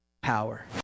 power